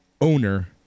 owner